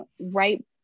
right